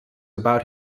about